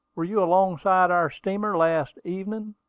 were you alongside our steamer last evening?